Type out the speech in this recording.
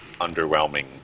underwhelming